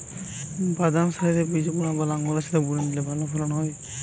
বাদাম সারিতে বীজ বোনা না লাঙ্গলের সাথে বুনে দিলে ভালো ফলন হয়?